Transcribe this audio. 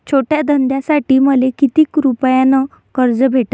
छोट्या धंद्यासाठी मले कितीक रुपयानं कर्ज भेटन?